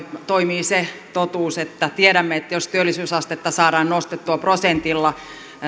toimii se totuus että tiedämme että jos työllisyysastetta saadaan nostettua prosentilla